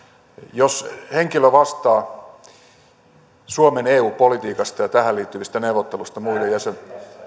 jos henkilö vastaa suomen eu politiikasta ja tähän liittyvistä neuvotteluista